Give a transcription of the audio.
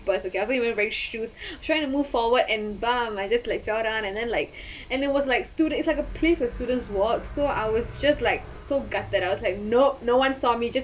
~pers okay I wasn't even wearing shoes trying to move forward and bam I just like fell down and then like and there was like stud~ like a police or students walk so I was just like so gutted I was like nope no one saw me just